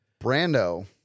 Brando